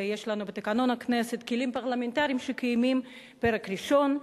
ויש לנו בתקנון הכנסת כלים פרלמנטריים שקיימים: פרק ראשון,